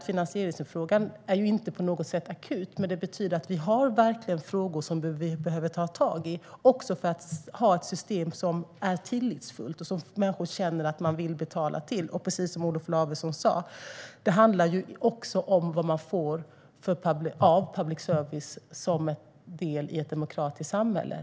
Finansieringsfrågan är inte på något sätt akut, men detta betyder att vi har frågor som vi verkligen behöver ta tag i för att vi ska ha ett system som är tillitsfullt och som människor känner att de vill betala till. Precis som Olof Lavesson sa handlar det också om vad man får av public service som en del i ett demokratiskt samhälle.